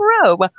grow